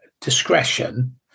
discretion